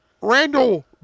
Randall